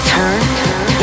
Turn